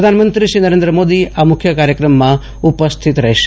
પ્રધાનમંત્રી શ્રી નરેન્દ્ર મોદી આ મુખ્ય કાર્યક્રમમાં ઉપસ્થિત રહેશે